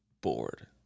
bored